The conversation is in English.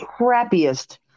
crappiest